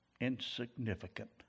insignificant